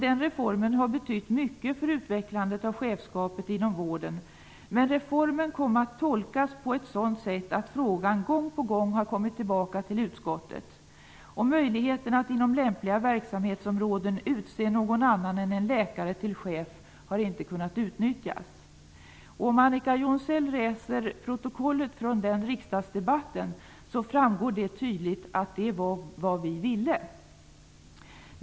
Den reformen har betytt mycket för utvecklandet av chefskapet inom vården. Men reformen kom att tolkas på ett sådant sätt att frågan gång på gång har kommit tillbaka till utskottet. Möjligheten att inom lämpliga verksamhetsområden utse någon annan än en läkare till chef har inte kunnat utnyttjas. Om Annika Jonsell läser protokollet från den riksdagsdebatten framgår det tydligt att det var vad vi ville.